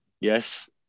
Yes